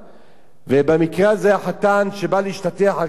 ובמקרה הזה, החתן שבא להשתטח על קבר אמו,